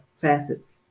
facets